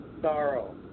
Sorrow